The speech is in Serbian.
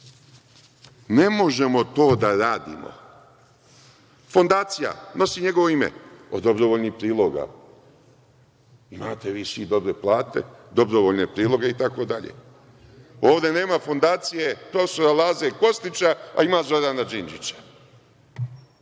možemo to da radimo. Fondacija nosi njegovo ime – od dobrovoljnih priloga. Imate vi svi dobre plate, dobrovoljne priloge itd. Ovde nema fondacije profesora Laze Kostića, a ima Zorana Đinđića.